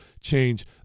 change